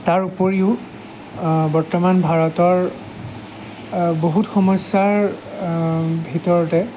তাৰ উপৰিও বৰ্তমান ভাৰতৰ বহুত সমস্যাৰ ভিতৰতে